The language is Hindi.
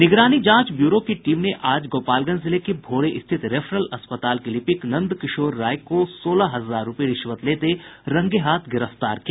निगरानी जांच ब्यूरो की टीम ने आज गोपालगंज जिले के भोरे स्थित रेफरल अस्पताल के लिपिक नंद किशोर राय को सोलह हजार रूपये रिश्वत लेते रंगे हाथ गिरफ्तार किया